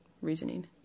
reasoning